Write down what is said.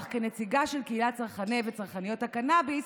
אך כנציגה של קהילת צרכני וצרכניות הקנביס,